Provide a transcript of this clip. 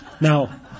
Now